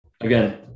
Again